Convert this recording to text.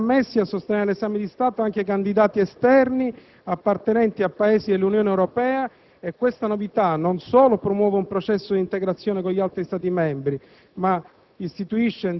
Possono essere ammessi a sostenere l'esame di Stato anche candidati esterni appartenenti a Paesi dell'Unione Europea e questa novità non solo promuove un processo di integrazione con gli altri Stati membri, ma